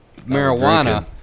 marijuana